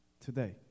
today